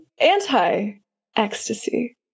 Anti-ecstasy